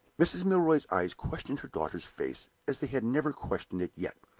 mrs. milroy's eyes questioned her daughter's face as they had never questioned it yet.